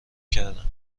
کردم